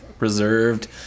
reserved